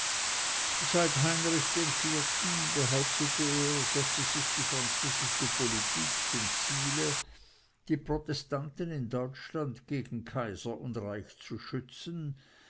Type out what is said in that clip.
seit heinrich iv behauptete er setze sich die französische politik zum ziele die protestanten in deutschland gegen kaiser und reich zu schützen